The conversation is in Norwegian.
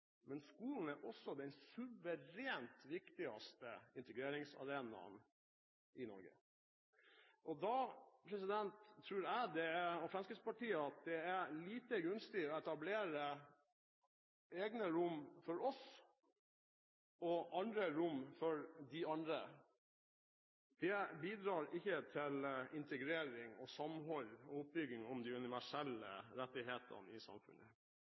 men skolen er også den suverent viktigste integreringsarenaen i Norge. Da tror jeg og Fremskrittspartiet at det er lite gunstig å etablere egne rom for oss og andre rom for de andre. Det bidrar ikke til integrering, samhold og oppbygging om de universelle rettighetene i samfunnet.